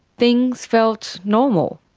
things felt normal.